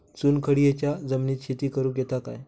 चुनखडीयेच्या जमिनीत शेती करुक येता काय?